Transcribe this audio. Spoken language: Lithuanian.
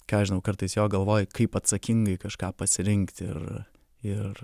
ką aš žinau kartais jo galvoji kaip atsakingai kažką pasirinkti ir ir